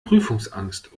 prüfungsangst